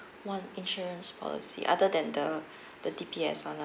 one insurance policy other than the the D_B_S one lah